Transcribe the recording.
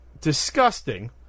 disgusting